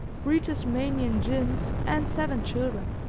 three tasmanian gins and seven children.